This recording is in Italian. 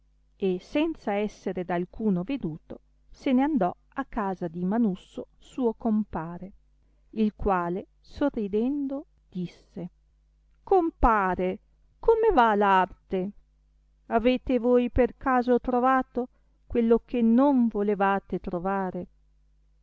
e senza essere da alcuno veduto se ne andò a casa di manusso suo compare il quale sorridendo disse compare come va l'arte avete voi per caso trovato quello che non volevate trovare